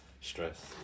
stress